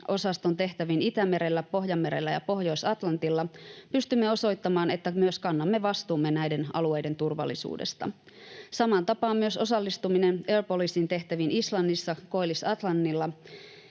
tehtäviin Itämerellä, Pohjanmerellä ja Pohjois-Atlantilla pystymme osoittamaan, että myös kannamme vastuumme näiden alueiden turvallisuudesta. Samaan tapaan myös osallistuminen air policing -tehtäviin Islannissa, Koillis-Atlantilla